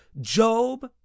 Job